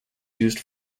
used